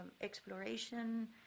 exploration